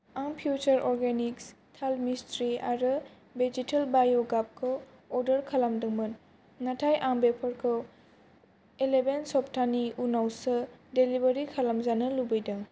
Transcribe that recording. आं फिउसार अर्गेनिक्स थाल मिस्रि आरो भेजिटेल बाय' गाबखौ अर्डार खालामदोंमोन नाथाय आं बेफोरखौ इलेभेन सप्तानि उनावसो डेलिभारि खालामजानो लुबैदों